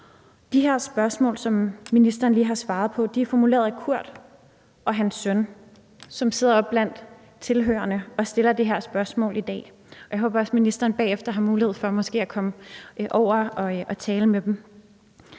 De her spørgsmål, som ministeren lige har svaret på, er formuleret af Kurt og hans søn, som sidder oppe blandt tilhørerne i dag. Jeg håber også, at ministeren bagefter har mulighed for måske at komme over og tale med dem.